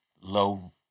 low